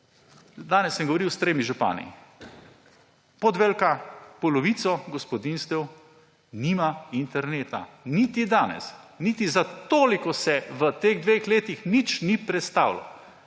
Danes sem govoril s tremi župani. Podvelka – polovico gospodinjstev nima interneta. Niti danes! Niti za toliko se v teh dveh letih nič ni prestavilo!